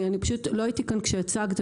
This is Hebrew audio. לא הייתי כאן כשהצגת,